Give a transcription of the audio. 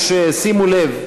יש, שימו לב,